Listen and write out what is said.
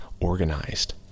organized